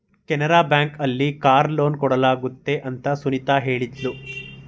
Canara bank ಅಲ್ಲಿ car loan ಕೊಡಲಾಗುತ್ತದೆ ಅಂತ ಸುನಿತಾ ಹೇಳಿದ್ಲು